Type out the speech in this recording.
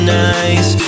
nice